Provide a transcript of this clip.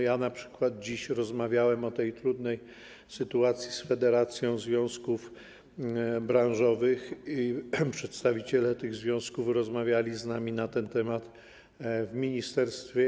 Ja np. dziś rozmawiałem o tej trudnej sytuacji z federacją związków branżowych i przedstawiciele tych związków rozmawiali z nami na ten temat w ministerstwie.